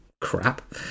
crap